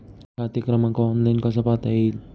खाते क्रमांक ऑनलाइन कसा पाहता येईल?